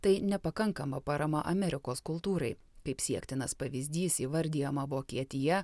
tai nepakankama parama amerikos kultūrai kaip siektinas pavyzdys įvardijama vokietija